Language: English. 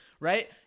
Right